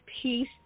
peace